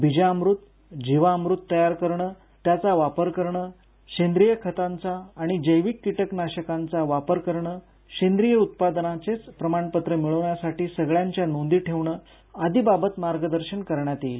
बिजामृत जीवामृत तयार करणं त्याचा वापर करणं सेंद्रीय खतांचा आणि जैविक कीटकनाशांचा वापर करणं सेंद्रीय उत्पादनांचेचं प्रमाणपत्र मिळवण्यासाठी सगळ्याच्या नोंदी ठेवणं आदींबाबत मार्गदर्शन करण्यात येईल